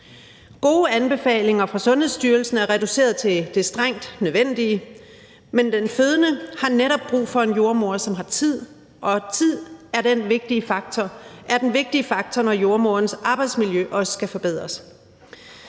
Gode anbefalinger fra Sundhedsstyrelsen er reduceret til det strengt nødvendige, men den fødende har netop brug for en jordemoder, som har tid, og tid er den vigtige faktor, når jordemoderens arbejdsmiljø også skal forbedres.